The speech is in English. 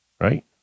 right